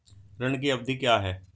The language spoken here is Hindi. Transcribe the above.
ऋण की अवधि क्या है?